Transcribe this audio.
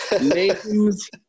names